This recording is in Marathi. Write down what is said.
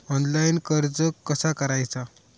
ऑनलाइन कर्ज कसा करायचा?